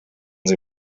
sie